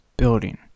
Building